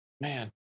man